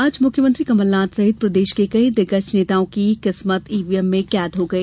आज मुख्यमंत्री कमलनाथ सहित प्रदेश के कई दिग्गज नेताओं की चुनावी किस्मत ईवीएम में कैद हो गई